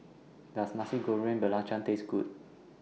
Does Nasi Goreng Belacan Taste Good